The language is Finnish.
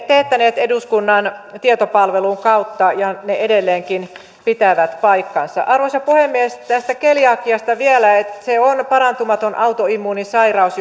teettäneet eduskunnan tietopalvelun kautta ja ne edelleenkin pitävät paikkansa arvoisa puhemies tästä keliakiasta vielä se on parantumaton autoimmuunisairaus